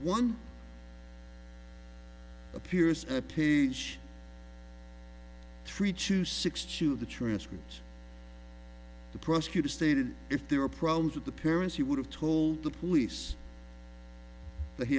one appears a pinch three to six to the transcript the prosecutor stated if there are problems with the parents he would have told the police that he